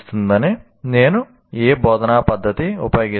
నేను ఏ బోధనా పద్ధతిని ఉపయోగిస్తాను